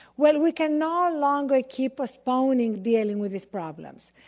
well, we can no longer keep postponing dealing with these problems.